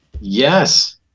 Yes